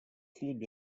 хліб